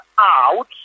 out